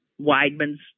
Weidman's